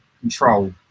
control